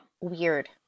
Weird